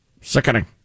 Sickening